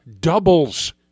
doubles